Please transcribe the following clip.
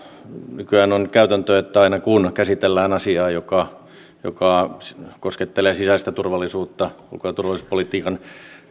nykyään on käytäntö että aina kun käsitellään asiaa joka joka koskettelee sisäistä turvallisuutta ulko ja turvallisuuspolitiikan kontekstissa